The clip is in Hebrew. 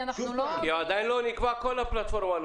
כי עדיין לא נקבעה כל הפלטפורמה.